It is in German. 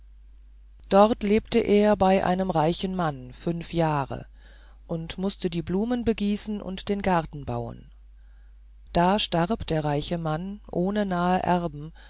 dort lebte er bei einem reichen mann fünf jahre und mußte die blumen begießen und den garten bauen da starb der reiche mann ohne nahe erben